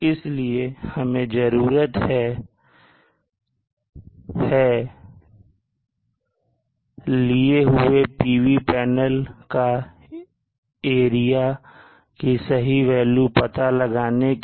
इसलिए हमें जरूरत है लिए हुए PV पैनल का A की सही वेल्यू पता लगाने की